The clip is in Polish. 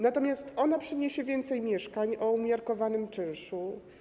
Natomiast ona przyniesie więcej mieszkań o umiarkowanym czynszu.